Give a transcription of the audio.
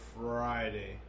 Friday